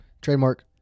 trademark